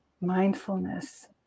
Mindfulness